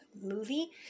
movie